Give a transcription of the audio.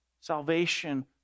Salvation